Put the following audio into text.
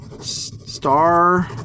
Star